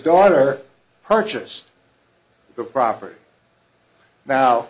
daughter purchased the property now